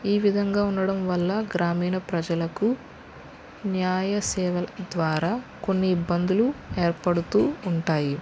ఈ విధంగా ఉండడం వల్ల గ్రామీణ ప్రజలకు న్యాయ సేవలు ద్వారా కొన్ని ఇబ్బందులు ఏర్పడుతు ఉంటాయి